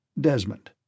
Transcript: Desmond